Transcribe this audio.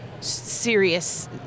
serious